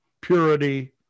purity